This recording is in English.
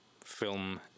film